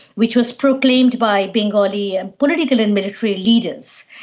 which was proclaimed by bengali political and military leaders.